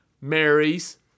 marries